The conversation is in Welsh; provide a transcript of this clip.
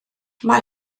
mae